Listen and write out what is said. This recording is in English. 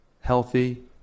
healthy